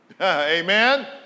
Amen